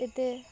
এতে